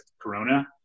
Corona